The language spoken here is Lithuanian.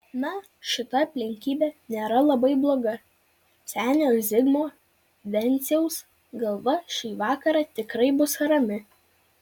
na šita aplinkybė nėra labai bloga senio zigmo venciaus galva šį vakarą tikrai bus rami